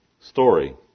story